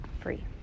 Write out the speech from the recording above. free